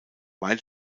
weil